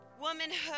womanhood